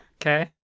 okay